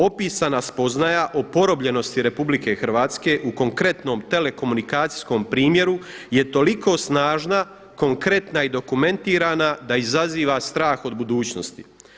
Opisana spoznaja oporobljenosti RH u konkretnom telekomunikacijskom primjeru je toliko snažna, konkretna i dokumentirana da izaziva strah od budućnosti.